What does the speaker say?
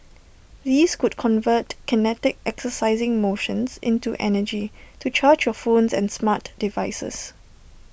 these could convert kinetic exercising motions into energy to charge your phones and smart devices